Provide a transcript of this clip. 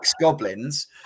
goblins